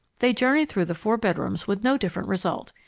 they journeyed through the four bedrooms with no different result.